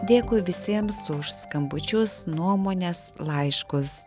dėkui visiems už skambučius nuomones laiškus